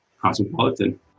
cosmopolitan